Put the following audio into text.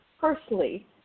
personally